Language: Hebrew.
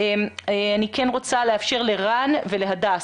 אני רוצה לאפשר לרן ולהדס.